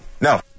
no